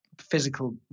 physical